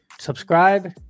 Subscribe